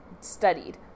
studied